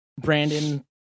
Brandon